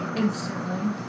instantly